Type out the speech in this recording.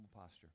posture